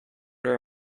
our